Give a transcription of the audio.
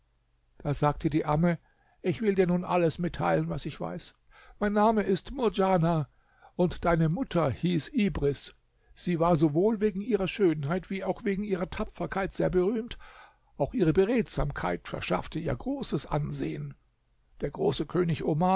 da sagte die amme ich will dir nun alles mitteilen was ich weiß mein name ist murdjana und deine mutter hieß ibris sie war sowohl wegen ihrer schönheit wie auch wegen ihrer tapferkeit sehr berühmt auch ihre beredtsamkeit verschaffte ihr großes ansehen der große könig omar